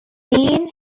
bean